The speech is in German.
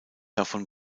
davon